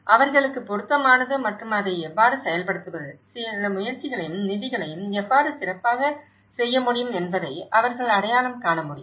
அவர்களுக்குப் பொருத்தமானது மற்றும் அதை எவ்வாறு செயல்படுத்துவது சில முயற்சிகளையும் நிதிகளையும் எவ்வாறு சிறப்பாகச் செய்ய முடியும் என்பதை அவர்கள் அடையாளம் காண முடியும்